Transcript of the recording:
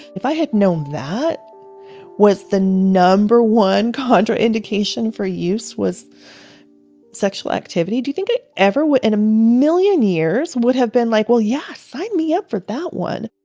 if i had known that the number one contraindication for use was sexual activity, do you think it ever would in a million years would have been like, well, yes, sign me up for that one